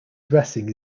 dressing